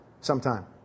Sometime